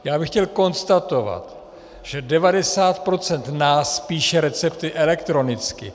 Já bych chtěl konstatovat, že 90 % nás píše recepty elektronicky.